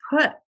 put